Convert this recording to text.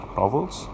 novels